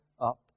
up